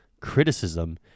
criticism